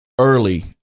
early